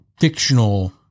fictional